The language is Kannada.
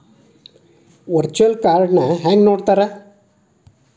ವರ್ಚುಯಲ್ ಕಾರ್ಡ್ನ ಹೆಂಗ್ ನೋಡ್ತಾರಾ?